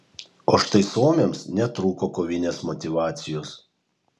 o štai suomiams netrūko kovinės motyvacijos